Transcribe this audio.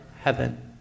heaven